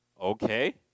Okay